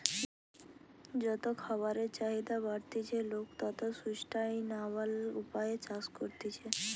যত খাবারের চাহিদা বাড়তিছে, লোক তত সুস্টাইনাবল উপায়ে চাষ করতিছে